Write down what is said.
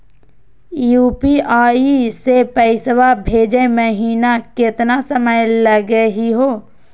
UPI स पैसवा भेजै महिना केतना समय लगही हो?